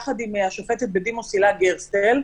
ביחד עם השופטת בדימוס הילה גרסטל,